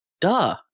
duh